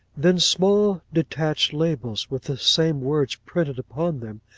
then small detached labels, with the same words printed upon them,